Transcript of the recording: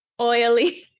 oily